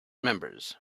members